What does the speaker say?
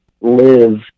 live